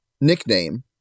nickname